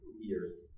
years